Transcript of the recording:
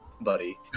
buddy